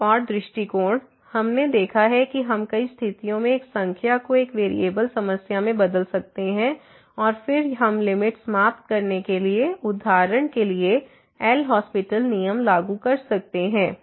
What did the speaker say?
एक और दृष्टिकोण हमने देखा है कि हम कई स्थितियों में एक संख्या को एक वेरिएबल समस्या में बदल सकते हैं और फिर हम लिमिट समाप्त करने के लिए उदाहरण के लिए एल हास्पिटल LHospital नियम लागू कर सकते हैं